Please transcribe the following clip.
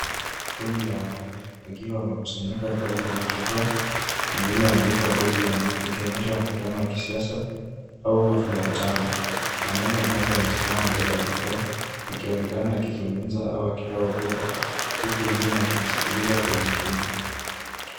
Kundi la watu wakiwa wamekusanyika karibu na jukwaa lililoandikwa ODM, likionyesha mkutano wa kisiasa au hafla ya chama. Mwanaume mmoja amesimama mbele ya jukwaa, akionekana akizungumza au akitoa hotuba, huku wengine wakimsikiliza kwa makini.